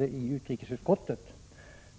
i utrikesutskottet.